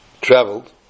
traveled